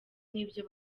n’ibyo